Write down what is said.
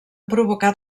provocat